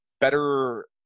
better